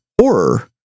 horror